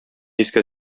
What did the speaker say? искә